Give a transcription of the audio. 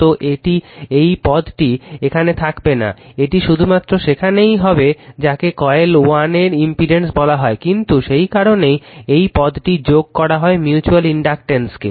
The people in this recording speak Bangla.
তো এই পদটি এখানে থাকবে না এটি শুধুমাত্র সেখানেই হবে যাকে কয়েল 1 এর ইমপিডেন্স বলা হয় কিন্তু সেই কারণেই এই শব্দটি যোগ করা হয় মিউচুয়াল ইন্ডাকট্যান্সকে